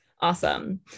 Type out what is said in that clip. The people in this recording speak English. Awesome